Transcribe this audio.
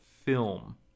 film